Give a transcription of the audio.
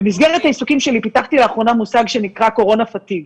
במסגרת העיסוקים שלי פיתחתי לאחרונה מושג שנקרא 'קורונה פטיב',